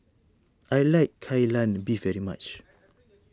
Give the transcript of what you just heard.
I like Kai Lan Beef very much